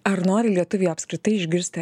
ar nori lietuviai apskritai išgirsti